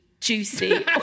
juicy